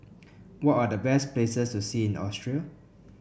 what are the best places to see in Austria